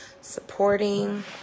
supporting